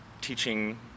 teaching